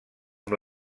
amb